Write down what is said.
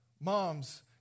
moms